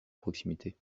proximité